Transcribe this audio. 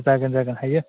जागोन जागोन हायो